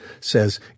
says